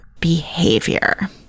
behavior